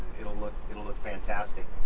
it'll look it'll look fantastic.